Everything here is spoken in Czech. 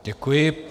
Děkuji.